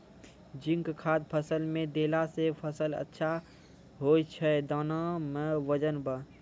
zinc खाद फ़सल मे देला से फ़सल अच्छा होय छै दाना मे वजन ब